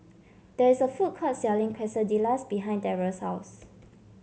there is a food court selling Quesadillas behind Darrell's house